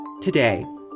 Today